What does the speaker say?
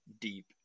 deep